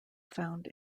found